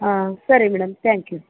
ಹಾಂ ಸರಿ madam thank you